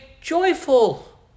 joyful